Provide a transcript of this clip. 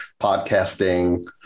podcasting